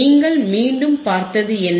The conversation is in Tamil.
நீங்கள் மீண்டும் பார்த்தது என்ன